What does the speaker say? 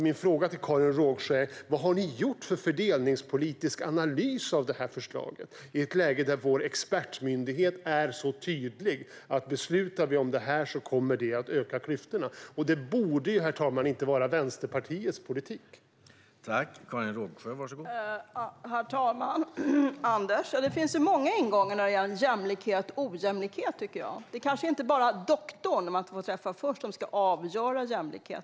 Min fråga till Karin Rågsjö är: Vad har ni gjort för fördelningspolitisk analys av förslaget i ett läge där vår expertmyndighet är så tydlig med att om vi beslutar om detta kommer det att öka klyftorna? Det borde inte vara Vänsterpartiets politik, herr talman.